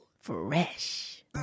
Fresh